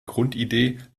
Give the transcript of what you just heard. grundidee